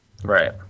Right